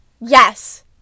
Yes